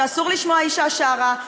שאסור לשמוע אישה שרה,